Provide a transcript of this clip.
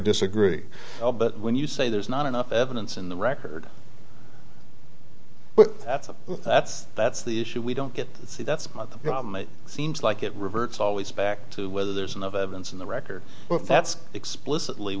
disagree but when you say there's not enough evidence in the record that's that's that's the issue we don't get to see that's the problem it seems like it reverts always back to whether there's enough evidence in the record but that's explicitly